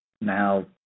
Now